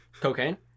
Cocaine